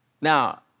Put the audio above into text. Now